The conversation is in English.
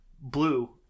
blue